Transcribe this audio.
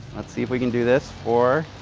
let's see if we can do this. four.